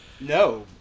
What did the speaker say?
No